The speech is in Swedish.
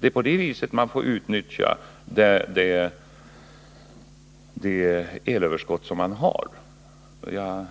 Det är på det viset man får utnyttja det elöverskott som man har — jag